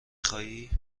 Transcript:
خوایی